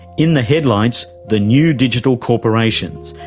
in the headlights, the new digital corporations,